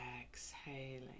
exhaling